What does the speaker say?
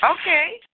Okay